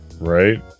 Right